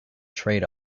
trade